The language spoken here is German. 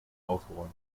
aufgeräumt